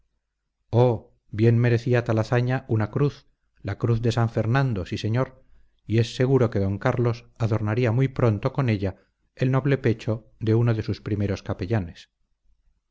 oh bien merecía tal hazaña una cruz la cruz de san fernando sí señor y es seguro que d carlos adornaría muy pronto con ella el noble pecho de uno de sus primeros capellanes